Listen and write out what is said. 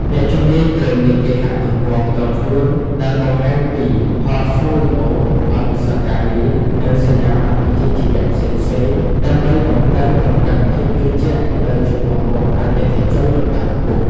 អ្នកជំនាញត្រូវមានគេហទំព័រផ្ទាល់ខ្លួនដែលបង្ហាញពី Portfolio បទពិសោធន៍ការងារ និងសញ្ញាបត្រវិជ្ជាជីវៈផ្សេងៗ ដើម្បីបង្កើនកម្រិតភាពជឿជាក់នៅចំពោះមុខអតិថិជនលំដាប់ខ្ពស់។